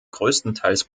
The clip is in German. größtenteils